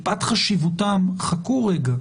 מפאת חשיבותם, חכו רגע.